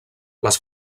les